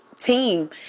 team